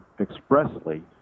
expressly